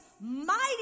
mighty